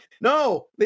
No